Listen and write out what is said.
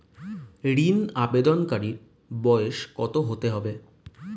ঋন আবেদনকারী বয়স কত হতে হবে?